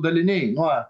daliniai nuo